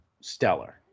stellar